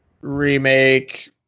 remake